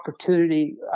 opportunity